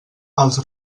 els